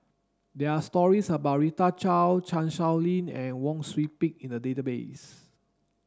there are stories about Rita Chao Chan Sow Lin and Wang Sui Pick in the database